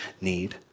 need